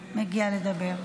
מגיע לדבר.